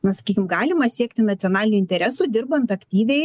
na sakykim galima siekti nacionalinių interesų dirbant aktyviai